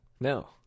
No